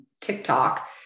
TikTok